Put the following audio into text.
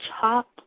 Chop